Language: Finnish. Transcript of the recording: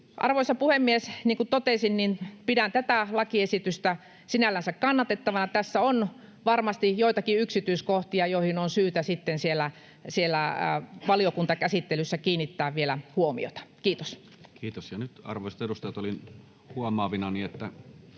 Arvoisa puhemies! Niin kuin totesin, pidän tätä lakiesitystä sinällänsä kannatettavana. Tässä on varmasti joitakin yksityiskohtia, joihin on syytä sitten siellä valiokuntakäsittelyssä kiinnittää vielä huomiota. — Kiitos. [Speech 8] Speaker: Toinen